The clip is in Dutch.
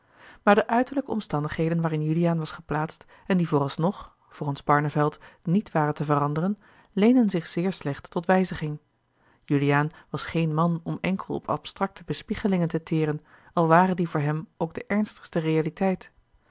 maar de uiterlijke omstandigheden waarin juliaan was geplaatst en die vooralsnog volgens barneveld niet waren te veranderen leenden zich zeer slecht tot wijziging juliaan was geen man om enkel op abstracte bespiegelingen te teren al ware die voor hem ook de ernstige realiteit